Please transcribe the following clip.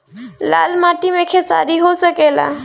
लाल माटी मे खेसारी हो सकेला?